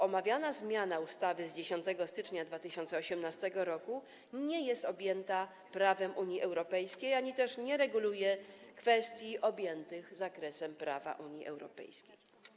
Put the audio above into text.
Omawiana zmiana ustawy z dnia 10 stycznia 2018 r. nie jest objęta prawem Unii Europejskiej ani też nie reguluje kwestii objętych zakresem prawa Unii Europejskiej.